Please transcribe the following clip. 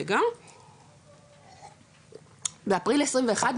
באפריל 21,